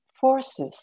forces